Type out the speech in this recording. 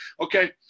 okay